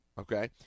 okay